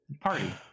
party